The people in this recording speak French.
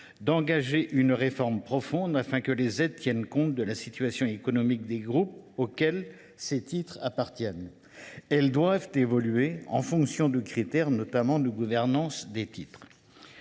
d’engager une réforme profonde, afin que les aides tiennent compte de la situation économique des groupes auxquels ces titres appartiennent. Elles doivent évoluer en fonction de critères, notamment de gouvernance des titres.